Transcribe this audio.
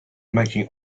making